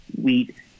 wheat